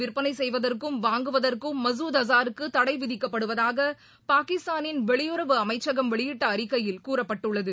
விற்பனைசெய்வதற்கும் வாங்குவதற்கும் ஆயுதங்கள் மகுத் அஸாருக்குதடைவிதிக்கப்படுவதாகபாகிஸ்தானின் வெளியுறவு அமைச்சகம் வெளியிட்டஅறிவிக்கையில் கூறப்பட்டுள்ளது